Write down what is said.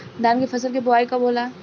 धान के फ़सल के बोआई कब होला?